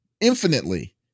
infinitely